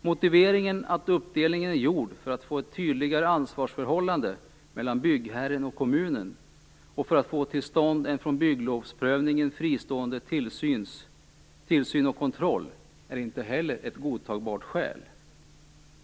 Motiveringen att uppdelningen är gjord för att få ett tydligare ansvarsförhållande mellan byggherren och kommunen och för att få till stånd en från bygglovsprövningen fristående tillsyn och kontroll är inte heller ett godtagbart skäl.